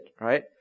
right